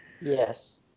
Yes